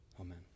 Amen